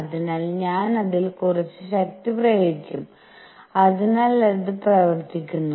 അതിനാൽ ഞാൻ അതിൽ കുറച്ച് ശക്തി പ്രയോഗിക്കും അതിനാൽ അത് പ്രവർത്തിക്കുന്നു